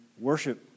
worship